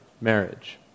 marriage